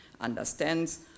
understands